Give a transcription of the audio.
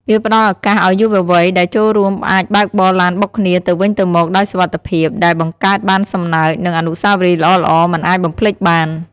វាផ្ដល់ឱកាសឱ្យយុវវ័យដែលចូលរួមអាចបើកបរឡានបុកគ្នាទៅវិញទៅមកដោយសុវត្ថិភាព ដែលបង្កើតបានសំណើច និងអនុស្សាវរីយ៍ល្អៗមិនអាចបំភ្លេចបាន។